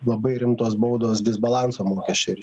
labai rimtos baudos disbalanso mokesčio ir